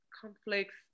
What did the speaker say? conflicts